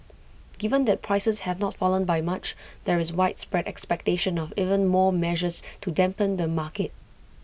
given that prices have not fallen by much there is widespread expectation of even more measures to dampen the market